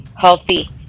healthy